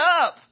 up